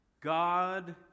God